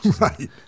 Right